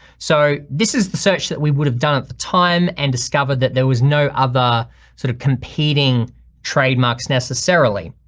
so this is the search that we would have done at the time and discovered that there was no other sort of competing trademarks necessarily.